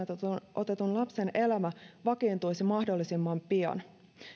otetun lapsen elämä vakiintuisi mahdollisimman pian